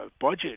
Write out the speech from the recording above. budget